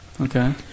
Okay